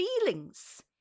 feelings